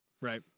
right